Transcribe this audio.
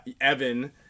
evan